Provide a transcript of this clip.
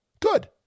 good